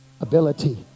ability